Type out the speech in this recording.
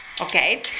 Okay